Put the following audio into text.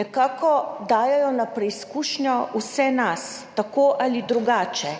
nekako dajejo na preizkušnjo vse nas, tako ali drugače.